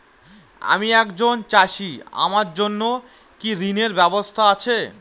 আমি একজন চাষী আমার জন্য কি ঋণের ব্যবস্থা আছে?